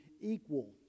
equal